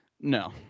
No